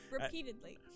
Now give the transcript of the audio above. Repeatedly